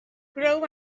grow